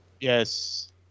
Yes